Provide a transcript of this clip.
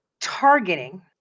targeting